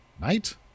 Knight